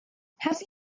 have